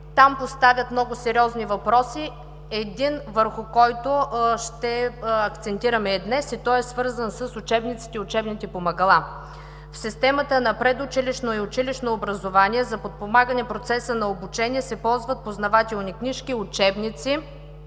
Там поставят много сериозни въпроси, върху един от който ще акцентираме и днес. Той е свързан с учебниците и учебните помагала. В системата на предучилищно и училищно образование за подпомагане процеса на обучение се ползват познавателни книжки, учебници